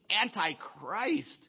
anti-Christ